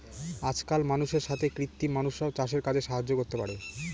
আজকাল মানুষের সাথে কৃত্রিম মানুষরাও চাষের কাজে সাহায্য করতে পারে